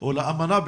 או לאמנה,